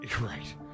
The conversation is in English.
Right